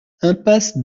impasse